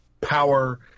power